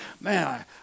Man